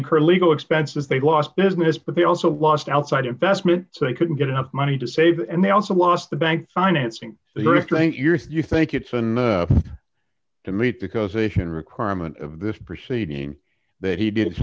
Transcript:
incur legal expenses they lost business but they also lost outside investment so they couldn't get enough money to save and they also lost the bank financing restraint years you think it's been to meet because ation requirement of this proceeding that he did